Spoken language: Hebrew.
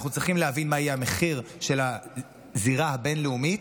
אנחנו צריכים להבין מה יהיה המחיר של הזירה הבין-לאומית,